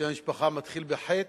שם המשפחה מתחיל בחי"ת,